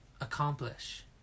accomplish